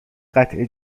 قطعه